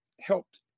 helped